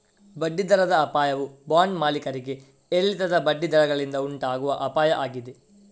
ಬಡ್ಡಿ ದರದ ಅಪಾಯವು ಬಾಂಡ್ ಮಾಲೀಕರಿಗೆ ಏರಿಳಿತದ ಬಡ್ಡಿ ದರಗಳಿಂದ ಉಂಟಾಗುವ ಅಪಾಯ ಆಗಿದೆ